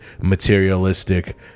materialistic